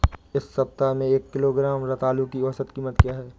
इस सप्ताह में एक किलोग्राम रतालू की औसत कीमत क्या है?